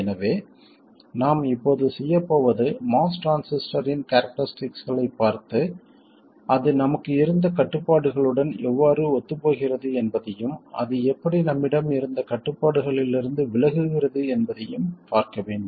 எனவே நாம் இப்போது செய்யப் போவது MOS டிரான்சிஸ்டரின் கேரக்டரிஸ்டிக்ஸ்களைப் பார்த்து அது நமக்கு இருந்த கட்டுப்பாடுகளுடன் எவ்வாறு ஒத்துப்போகிறது என்பதையும் அது எப்படி நம்மிடம் இருந்த கட்டுப்பாடுகளிலிருந்து விலகுகிறது என்பதையும் பார்க்க வேண்டும்